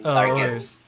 targets